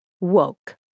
Woke